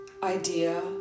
idea